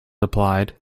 applied